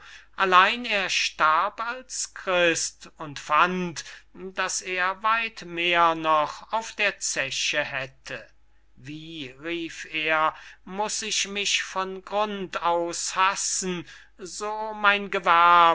allein er starb als christ und fand daß er weit mehr noch auf der zeche hätte wie rief er muß ich mich von grund aus hassen so mein